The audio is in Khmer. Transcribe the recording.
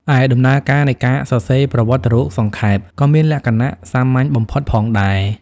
ឯដំណើរការនៃការសរសេរប្រវត្តិរូបសង្ខេប ក៏មានលក្ខណៈសាមញ្ញបំផុតផងដែរ។